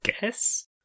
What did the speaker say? guess